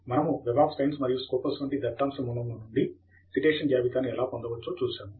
మనము Web of Science మరియు Scopus వంటి దత్తంశ మూలముల నుండి సైటేషన్ జాబితాను ఎలా పొందవచ్చో చూశాము